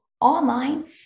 online